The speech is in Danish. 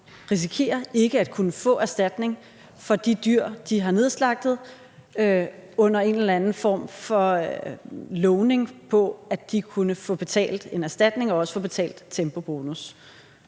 risikerer ikke at kunne få erstatning for de dyr, de har nedslagtet på baggrund af en eller anden form for lovning på, at de kunne få betalt en erstatning og også få betalt tempobonus.